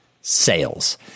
sales